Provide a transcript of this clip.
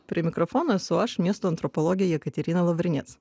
prie mikrofonas o aš miesto antropologė jekaterina lavrinec